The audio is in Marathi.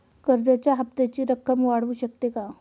कर्जाच्या हप्त्याची रक्कम वाढवू शकतो का?